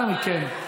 אנא מכן.